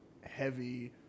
heavy